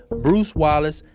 bruce wallace,